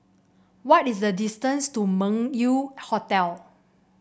what is the distance to Meng Yew Hotel